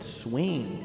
swing